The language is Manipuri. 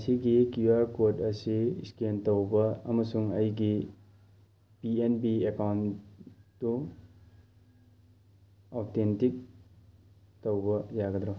ꯃꯁꯤꯒꯤ ꯀ꯭ꯌꯨ ꯑꯥꯔ ꯀꯣꯗ ꯑꯁꯤ ꯏꯁꯀꯦꯟ ꯇꯧꯕ ꯑꯃꯁꯨꯡ ꯑꯩꯒꯤ ꯄꯤ ꯑꯦꯟ ꯕꯤ ꯑꯦꯛꯀꯥꯎꯟ ꯇꯨ ꯑꯣꯊꯦꯟꯇꯤꯛ ꯇꯧꯕ ꯌꯥꯒꯗ꯭ꯔꯥ